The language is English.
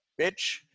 bitch